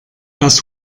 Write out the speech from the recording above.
das